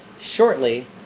shortly